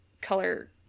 color